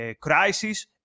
crisis